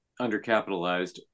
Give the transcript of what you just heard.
undercapitalized